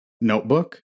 notebook